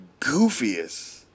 goofiest